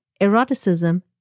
eroticism